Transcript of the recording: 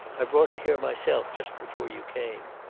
i brought her here myself just before you came.